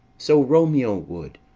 so romeo would,